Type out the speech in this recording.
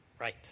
right